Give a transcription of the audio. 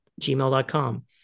gmail.com